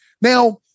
Now